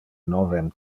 novem